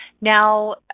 Now